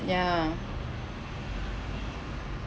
ya